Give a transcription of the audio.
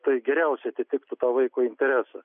tai geriausiai atitiktų tą vaiko interesą